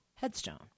Headstone